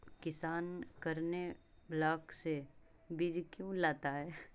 किसान करने ब्लाक से बीज क्यों लाता है?